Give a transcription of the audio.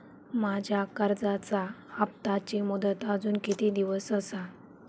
माझ्या कर्जाचा हप्ताची मुदत अजून किती दिवस असा?